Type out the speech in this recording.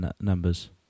numbers